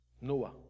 Noah